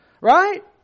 Right